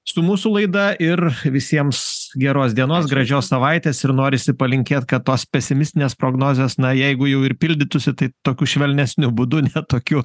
su mūsų laida ir visiems geros dienos gražios savaitės ir norisi palinkėt kad tos pesimistinės prognozės na jeigu jau ir pildytųsi tai tokiu švelnesniu būdu ne tokiu